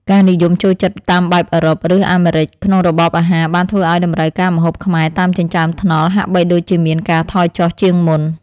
ការនិយមចូលចិត្តតាមបែបអឺរ៉ុប ឬអាមេរិកក្នុងរបបអាហារបានធ្វើឲ្យតម្រូវការម្ហូបខ្មែរតាមចិញ្ចើមថ្នល់ហាក់បីដូចជាមានការថយចុះជាងមុន។